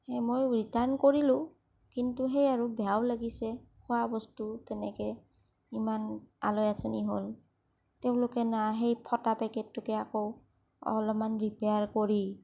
সেই মই ৰিটাৰ্ণ কৰিলো কিন্তু সেয়াই আৰু বেয়া লাগিলে খোৱাবস্তু তেনেকৈ ইমান আলৈ আথানি হ'ল তেওঁলোকে না সেই ফটা পেকেটটোকে আকৌ অলপমান ৰিপেয়াৰ কৰি